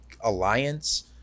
alliance